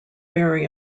very